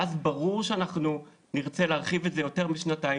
ואז ברור שנרצה להרחיב את זה יותר משנתיים,